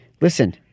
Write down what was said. listen